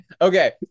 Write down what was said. Okay